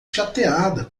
chateada